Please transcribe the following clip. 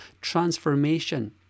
transformation